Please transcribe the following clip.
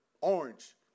orange